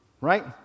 right